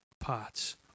parts